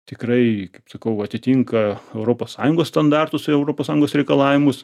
tikrai kaip sakau atitinka europos sąjungos standartus ir europos sąjungos reikalavimus